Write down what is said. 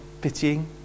pitying